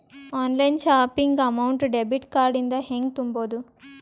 Online shopping amount debit card ಇಂದ ಹೆಂಗ್ ತುಂಬೊದು?